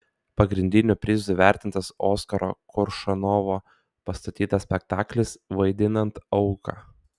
pagrindiniu prizu įvertintas oskaro koršunovo pastatytas spektaklis vaidinant auką